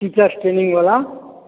teachers training